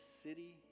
city